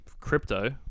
crypto